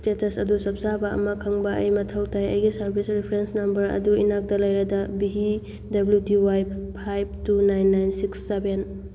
status ꯑꯗꯨ ꯆꯞ ꯆꯥꯕ ꯑꯃ ꯈꯪꯕ ꯑꯩ ꯃꯊꯧ ꯇꯥꯏ ꯑꯩꯒꯤ ꯁꯥꯔꯕꯤꯁ ꯔꯤꯐ꯭ꯔꯦꯟꯁ ꯅꯃꯕꯔ ꯑꯗꯨ ꯏꯅꯥꯛꯇ ꯂꯩꯔꯗ V W T Y five two nine nine six seven